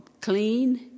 clean